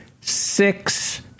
six